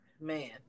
man